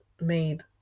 made